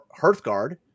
Hearthguard